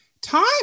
time